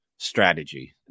strategy